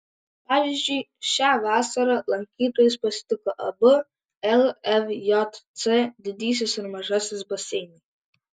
pavyzdžiui šią vasarą lankytojus pasitiko abu lvjc didysis ir mažasis baseinai